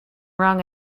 wrong